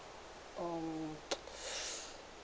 um